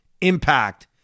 impact